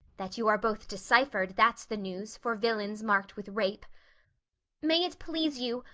that you are both decipher'd, that's the news, for villains mark'd with rape may it please you,